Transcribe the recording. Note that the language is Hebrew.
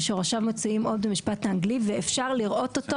ששורשיו מצויים עוד במשפט האנגלי ואפשר לראות אותו